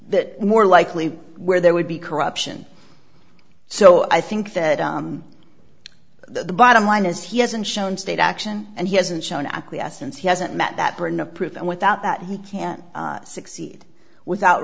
that more likely where there would be corruption so i think that the bottom line is he hasn't shown state action and he hasn't shown acquiescence he hasn't met that burden of proof and without that he can't succeed without